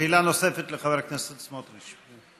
שאלה נוספת לחבר הכנסת סמוטריץ.